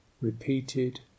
repeated